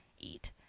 eat